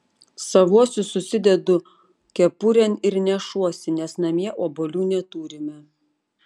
savuosius susidedu kepurėn ir nešuosi nes namie obuolių neturime